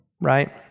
Right